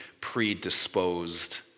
predisposed